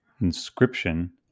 Inscription